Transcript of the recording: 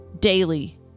daily